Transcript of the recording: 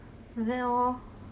朋友而已